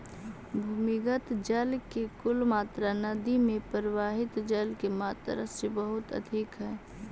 भूमिगत जल के कुल मात्रा नदि में प्रवाहित जल के मात्रा से बहुत अधिक हई